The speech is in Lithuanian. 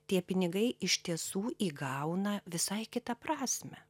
tie pinigai iš tiesų įgauna visai kitą prasmę